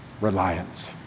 reliance